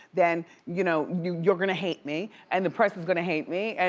then you know you're gonna hate me, and the press is gonna hate me, and